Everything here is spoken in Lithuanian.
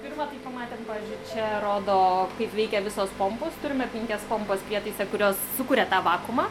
pirma tai pamatėm pavyzdžiui čia rodo kaip veikia visos pompos turime penkias pompas prietaisą kurios sukuria tą vakuumą